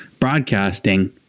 broadcasting